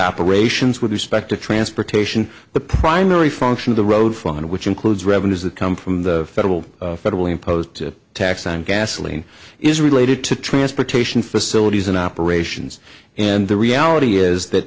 operations with respect to transportation the primary function of the road fund which includes revenues that come from the federal federally imposed tax on gasoline is related to transportation facilities and operations and the reality is that